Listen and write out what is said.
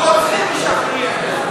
רוצחים משחררים,